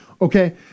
okay